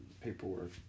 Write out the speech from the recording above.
paperwork